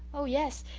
oh, yes.